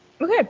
Okay